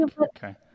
Okay